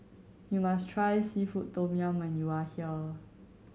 you must try seafood tom yum when you are here